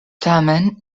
tamen